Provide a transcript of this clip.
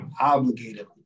obligated